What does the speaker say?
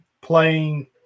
playing